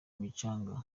kimicanga